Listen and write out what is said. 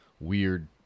weird